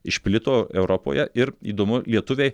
išplito europoje ir įdomu lietuviai